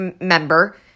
member